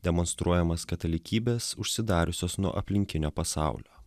demonstruojamas katalikybės užsidariusios nuo aplinkinio pasaulio